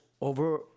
over